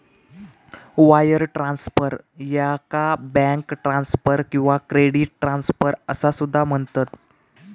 wire transfer, याका bank transfer किंवा credit transfer असा सुद्धा म्हणतत